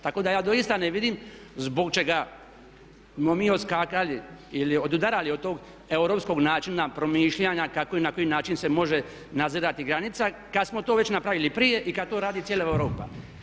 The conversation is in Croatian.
Tako da ja doista ne vidim zbog čega bi mi odskakali ili odudarali od tog europskog načina promišljanja kako i na koji način se može nadzirati granica kad smo to već napravili prije i kad to radi cijela Europa.